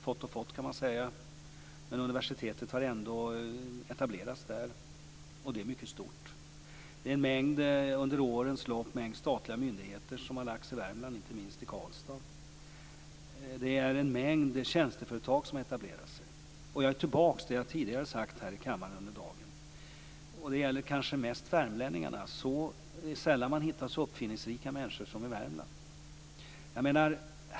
Fått är kanske fel ord, men universitetet har ändå etablerats där, och det är mycket stort. Under årens lopp är det en mängd statliga myndigheter som har lagts i Värmland, inte minst i Karlstad. Det är en mängd tjänsteföretag som har etablerat sig där. Jag kommer tillbaka till det jag tidigare har sagt här i kammaren under dagen, och det gäller kanske mest värmlänningarna. Det är sällan man hittar så uppfinningsrika människor som i Värmland.